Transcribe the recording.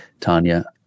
tanya